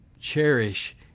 cherish